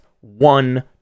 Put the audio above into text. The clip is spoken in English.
one